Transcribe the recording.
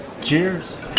Cheers